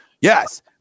Yes